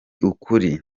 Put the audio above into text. ukuri